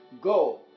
Go